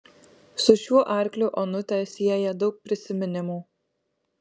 su šiuo arkliu onutę sieja daug prisiminimų